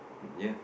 ya